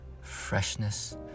freshness